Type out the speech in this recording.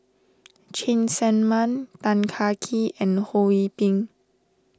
Cheng Tsang Man Tan Kah Kee and Ho Yee Ping